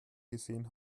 gesehen